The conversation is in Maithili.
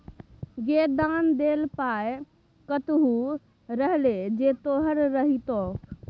गै दान देल पाय कतहु रहलै जे तोहर रहितौ